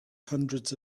hundreds